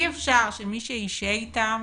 אי אפשר שמי שישהה איתם